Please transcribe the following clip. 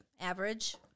Average